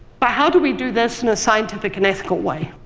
but how do we do this in a scientific and ethical way?